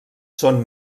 són